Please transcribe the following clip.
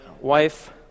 wife